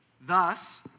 Thus